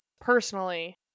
personally